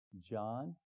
John